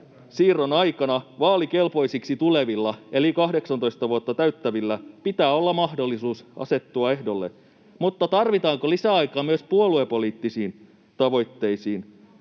siirron aikana vaalikelpoisiksi tulevilla eli 18 vuotta täyttävillä pitää olla mahdollisuus asettua ehdolle, mutta tarvitaanko lisäaikaa myös puoluepoliittisiin tavoitteisiin?